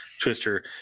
Twister